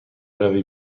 روی